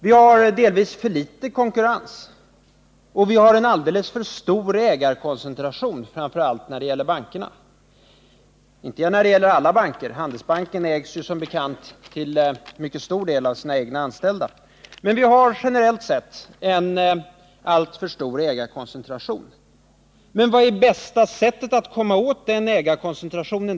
Vi har delvis för liten konkurrens, och vi har alldeles för stor ägarkoncentration, framför allt för bankerna. Det gäller inte alla banker — Handelsbanken ägs som bekant till mycket stor del av sina egna anställda. Men vi har generellt sett alltför stor ägarkoncentration. Vad är bästa sättet att komma åt den maktkoncentrationen?